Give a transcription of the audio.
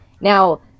Now